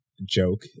joke